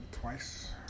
twice